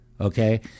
Okay